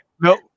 No